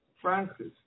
Francis